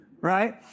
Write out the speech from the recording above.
right